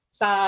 sa